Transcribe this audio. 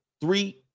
Three